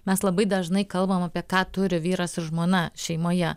mes labai dažnai kalbam apie tą turi vyras ir žmona šeimoje